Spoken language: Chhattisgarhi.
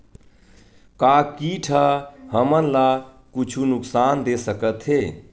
का कीट ह हमन ला कुछु नुकसान दे सकत हे?